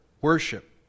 Worship